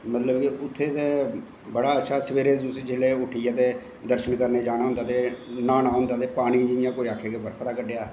मतलव उत्थें ते बड़ा अच्छी सवेरें जिसलै उट्ठियै ते दर्शन करनें गी जाना होंदा ते न्हानां होंदा ते पानी जियां आक्खो बर्फ दा कड्ढेआ ऐ